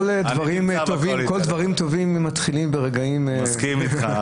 כל הדברים הטובים מתחילים ברגעים --- אני מסכים אתך,